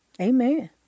Amen